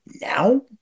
now